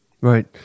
Right